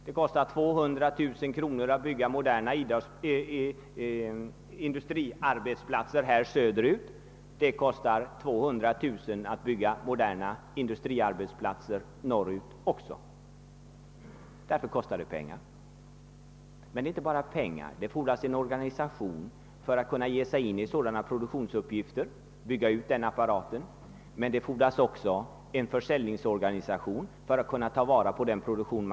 Det kostar 200 000 kronor att inrätta en modern industriarbetsplats söderöver, och det kostar 200 000 kronor att bygga moderna industriarbetsplatser också norröver. Men det fordras inte bara pengar, utan det fordras en organisation för att man skall kunna ge sig in i produktionsuppgifterna och bygga ut en apparat. Det fordras också en försäljningsorganisation för att ta vara på produktionen.